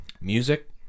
music